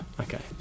Okay